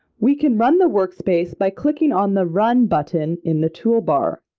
we can run the workspace by clicking on the run button in the toolbar.